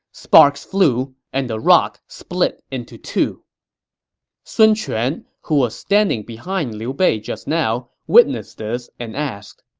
sparks flew, and the rock split into two sun quan, who was standing behind liu bei just now, witnessed this and asked,